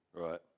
Right